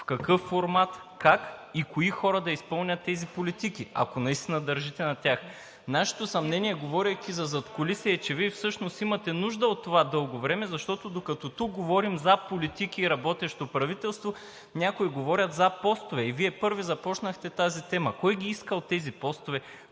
в какъв формат, как и кои хора да изпълнят тези политики, ако наистина държите на тях? Нашето съмнение, говорейки за задкулисие, е, че Вие всъщност имате нужда от това дълго време, защото, докато тук говорим за политики и работещо правителство, някои говорят за постове и Вие първи започнахте тази тема. Кой ги е искал тези постове,